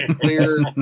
clear